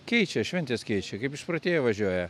keičia šventės keičia kaip išprotėję važiuoja